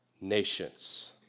nations